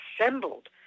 assembled